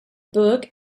book